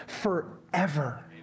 forever